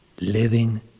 Living